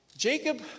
Jacob